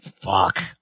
Fuck